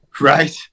right